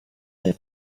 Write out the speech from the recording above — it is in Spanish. del